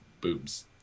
boobs